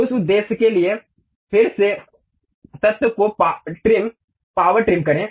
उस उद्देश्य के लिए फिर से तत्त्व को ट्रिम पावर ट्रिम करें